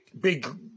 big